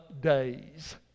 days